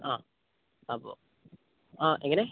ആ അപ്പം ആ എങ്ങനെ